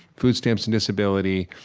food stamps and disability,